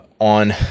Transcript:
On